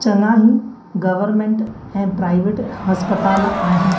चंङा ई गवर्नमेंट ऐं प्राइवेट हस्पताल आहिनि